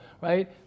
right